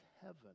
heaven